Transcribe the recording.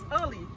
early